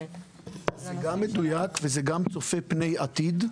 זה גם מדויק וזה גם צופה פני עתיד.